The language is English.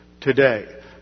today